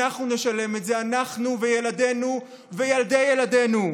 אנחנו נשלם את זה, אנחנו וילדינו וילדי ילדינו.